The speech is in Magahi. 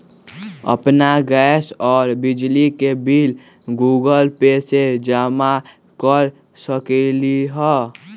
अपन गैस और बिजली के बिल गूगल पे से जमा कर सकलीहल?